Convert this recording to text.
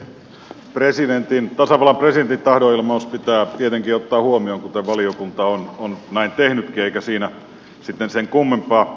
tasavallan presidentin tahdonilmaus pitää tietenkin ottaa huomioon ja valiokunta on näin tehnytkin eikä siinä sitten sen kummempaa